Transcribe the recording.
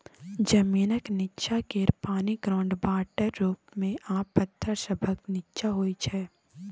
जमीनक नींच्चाँ केर पानि ग्राउंड वाटर रुप मे आ पाथर सभक नींच्चाँ होइ छै